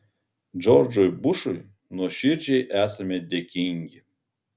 džordžui bušui nuoširdžiai esame dėkingi